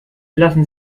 lassen